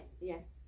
Yes